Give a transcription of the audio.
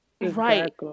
Right